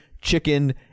chicken